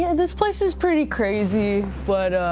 yeah this place is pretty crazy, but.